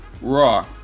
Raw